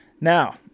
Now